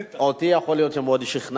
אותי יכול להיות מאוד ששכנעת.